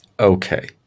Okay